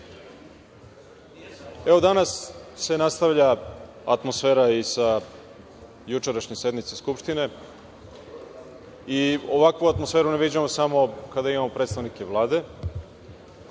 evo, danas se nastavlja atmosfera i sa jučerašnje sednice Skupštine i ovakvu atmosferu ne viđamo samo kada imamo predstavnike Vlade.